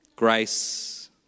Grace